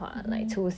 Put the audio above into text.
mmhmm